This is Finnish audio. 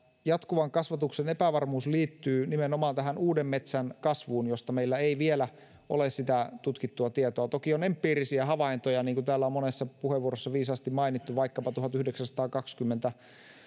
jatkuvan kasvatuksen epävarmuus liittyy nimenomaan tähän uuden metsän kasvuun josta meillä ei vielä ole sitä tutkittua tietoa toki on empiirisiä havaintoja niin kuin täällä on monessa puheenvuorossa viisaasti mainittu vaikkapa tuhatyhdeksänsataakaksikymmentä